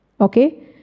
Okay